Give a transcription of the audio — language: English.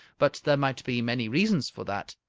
but there might be many reasons for that.